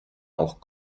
auch